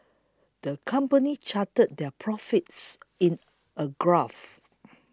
the company charted their profits in a graph